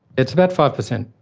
it's about five percent.